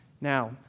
Now